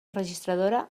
registradora